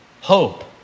hope